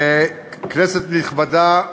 כנסת נכבדה,